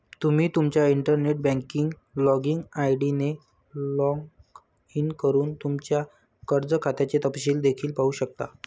तुम्ही तुमच्या internet banking login ID ने लॉग इन करून तुमच्या कर्ज खात्याचे तपशील देखील पाहू शकता